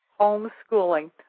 homeschooling